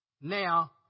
now